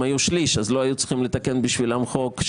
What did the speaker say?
הם היו שליש, אז לא היו צריכים לתקן עבורם חוק.